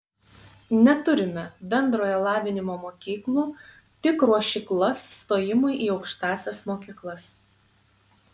neturime bendrojo lavinimo mokyklų tik ruošyklas stojimui į aukštąsias mokyklas